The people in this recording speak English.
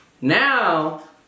Now